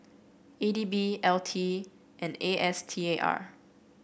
E D B L T and A S T A R